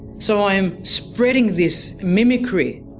so i am spreading this mimicry.